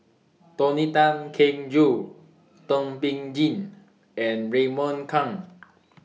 Tony Tan Keng Joo Thum Ping Tjin and Raymond Kang